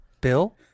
Bill